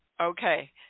okay